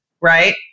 right